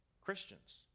Christians